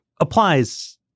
applies